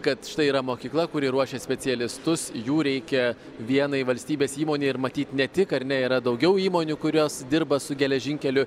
kad štai yra mokykla kuri ruošia specialistus jų reikia vienai valstybės įmonei ir matyt ne tik ar ne yra daugiau įmonių kurios dirba su geležinkelių